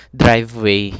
driveway